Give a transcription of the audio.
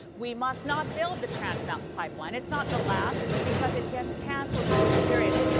we must not build the trans mountain pipeline. it's not the last because it gets cancelled, if we're serious.